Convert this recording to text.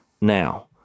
now